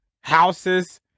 houses